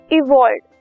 evolved।